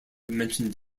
mentioned